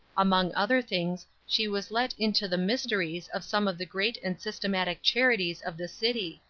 among other things, she was let into the mysteries of some of the great and systematic charities of the city,